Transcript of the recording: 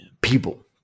People